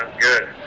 Good